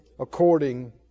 according